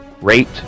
rate